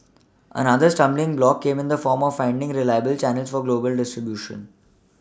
another stumbling block came in the form of finding reliable Channels for global distribution